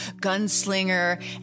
gunslinger